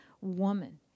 woman